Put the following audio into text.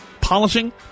polishing